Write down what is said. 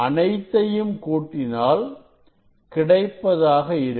அனைத்தையும் கூட்டினால் கிடைப்பதாக இருக்கும்